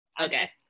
Okay